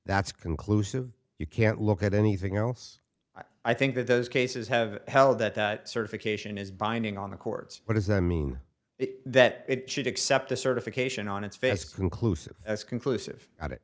that's conclusive you can't look at anything else i think that those cases have held that that certification is binding on the court but does that mean that it should accept the certification on its face conclusive as conclusive that it